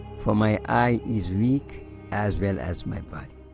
for my eye is weak as well as my body.